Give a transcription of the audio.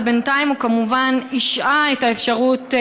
אבל בינתיים הוא כמובן השעה את האפשרות,